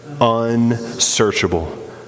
unsearchable